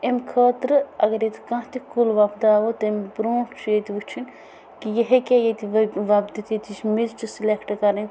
امہِ خٲطرٕ اگَر ییٚتہِ کانٛہہ تہِ کُل وۄپداوو تمہِ برونٛٹھ چھُ ییٚتہِ وٕچھن کہِ یہِ ہٮ۪کے ییٚتہِ وۄپدٲیتھ ییٚتِچ مٮ۪ژ چھِ سِلٮ۪کٹہٕ کَرٕنۍ